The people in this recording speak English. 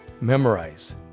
memorize